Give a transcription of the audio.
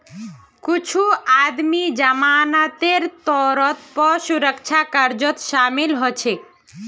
कुछू आदमी जमानतेर तौरत पौ सुरक्षा कर्जत शामिल हछेक